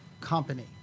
company